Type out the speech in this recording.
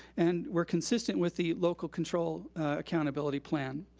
and we're consistent with the local control accountability plan.